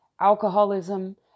alcoholism